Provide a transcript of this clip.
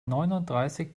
neunundreißig